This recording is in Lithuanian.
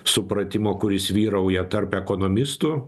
supratimo kuris vyrauja tarp ekonomistų